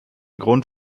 grund